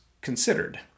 considered